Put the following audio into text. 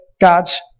God's